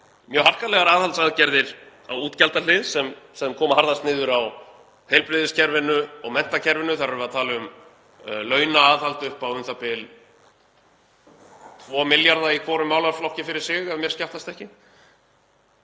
mjög harkalegar aðhaldsaðgerðir á útgjaldahlið sem koma harðast niður á heilbrigðiskerfinu og menntakerfinu, þar erum við að tala um launaaðhald upp á u.þ.b. 2 milljarða í hvorum málaflokki fyrir sig ef mér skjátlast ekki,